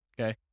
okay